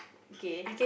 okay